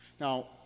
Now